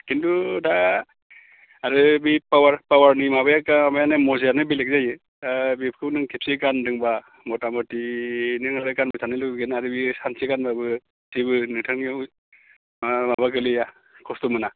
खिन्थु दा आरो बे पावार पावारनि माबा माबायानो मजायानो बेलेग जायो दा बेखौ नों खेबसे गानदोंबा मुथा मथि नों आरो गानबाय थानो लुबैगोन आरो बेयो सानसे गानबाबो जेबो नोंथांनियाव मा माबा गोलैया खस्थ' मोना